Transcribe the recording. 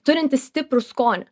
turintis stiprų skonį